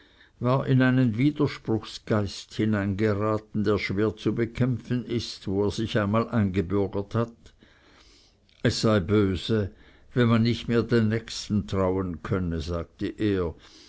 in einen widerspruchsgeist hineingeraten der schwer zu bekämpfen ist wo er sich einmal eingebürgert hat es sei böse wenn man nicht mehr den nächsten trauen könne sagte er